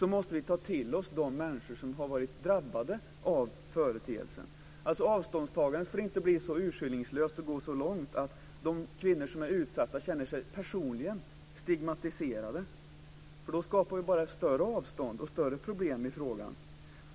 måste vi ta till oss de människor som har drabbats av företeelsen. Avståndstagandet får alltså inte bli så urskillningslöst och gå så långt att de kvinnor som är utsatta känner sig personligen stigmatiserade. Då skapar vi nämligen bara ett större avstånd och större problem i frågan.